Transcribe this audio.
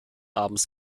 abends